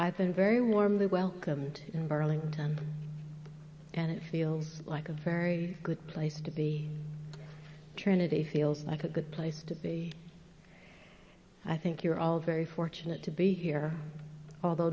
i've been very warmly welcomed in burlington and it feels like a very good place to be trinity feels like a good place to be i think you're all very fortunate to be here although